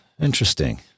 Interesting